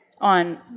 on